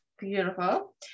beautiful